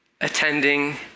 attending